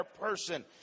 person